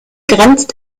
grenzt